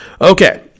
Okay